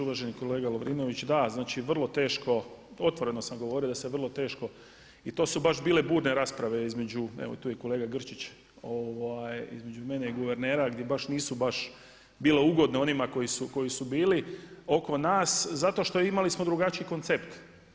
Uvaženi kolega Lovrinović da vrlo teško, otvoreno sam govorio da se vrlo teško i to su baš bile burne rasprave između evo to je kolega Grčić mene i guvernera gdje nisu baš bile ugodne onima koji su bili oko nas zato što imali smo drugačiji koncept.